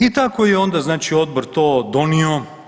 I tako je onda znači Odbor to donio.